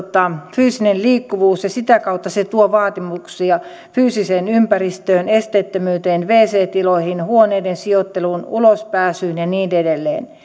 fyysinen liikkuvuus ja sitä kautta se tuo vaatimuksia fyysiseen ympäristöön esteettömyyteen wc tiloihin huoneiden sijoitteluun ulos pääsyyn ja niin edelleen